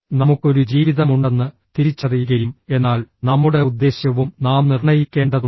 നമുക്ക് ഒരു ജീവിതമുണ്ടെന്ന് തിരിച്ചറിയുകയും എന്നാൽ നമ്മുടെ ഉദ്ദേശ്യവും നാം നിർണ്ണയിക്കേണ്ടതുണ്ട്